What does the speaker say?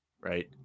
right